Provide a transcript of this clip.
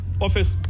office